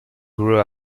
grew